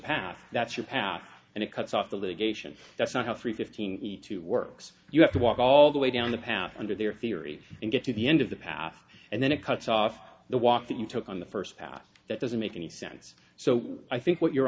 path that's your path and it cuts off the litigation that's not how three fifteen each to works you have to walk all the way down the path under their theory and get to the end of the path and then it cuts off the walk that you took on the first pass that doesn't make any sense so i think what your